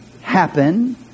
happen